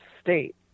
state